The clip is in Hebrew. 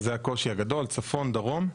זה הקושי הגדול, צפון, דרום.